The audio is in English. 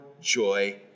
joy